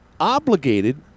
obligated